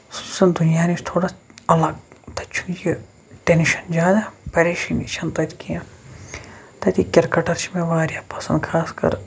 سُہ چھُ زن دُنیا نِش تھوڑا الگ تَتہِ چھُنہٕ یہِ ٹینشن زیادٕ پَریشٲنی چھنہٕ تَتہِ کیٚنٛہہ تَتیکۍ کِرکَٹر چھ مےٚ واریاہ پَسند خاص کر